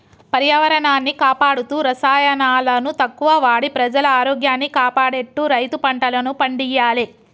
పర్యావరణాన్ని కాపాడుతూ రసాయనాలను తక్కువ వాడి ప్రజల ఆరోగ్యాన్ని కాపాడేట్టు రైతు పంటలను పండియ్యాలే